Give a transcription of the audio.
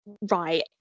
right